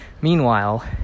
meanwhile